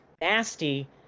nasty